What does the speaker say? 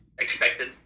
Expected